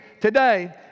today